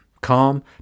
calm